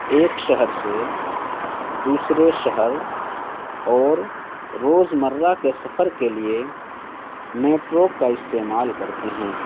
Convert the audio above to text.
ایک شہر سے دوسرے شہر اور روز مرہ کے سفر کے لیے میٹرو کا استعمال کرتے ہیں